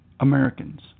Americans